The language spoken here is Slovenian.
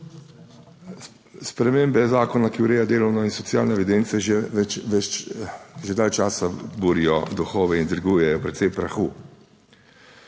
Spremembe zakona, ki ureja delovno in socialno evidence, že dalj časa burijo duhove in dvigujejo precej prahu.